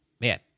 man